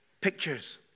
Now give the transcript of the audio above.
pictures